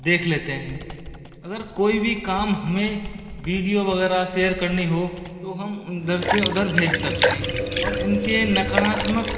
देख लेते हैं अगर कोई भी काम हमे बीडिओ वगैरह सेयर करनी हो तो हम इधर से उधर भेज सकते हैं और इनके नकारात्मक